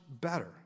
better